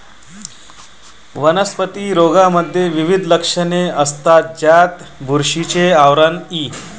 वनस्पती रोगांमध्ये विविध लक्षणे असतात, ज्यात बुरशीचे आवरण इ